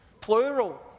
plural